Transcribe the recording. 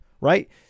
right